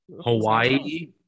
Hawaii